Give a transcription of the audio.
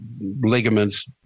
ligaments